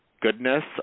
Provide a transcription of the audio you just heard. goodness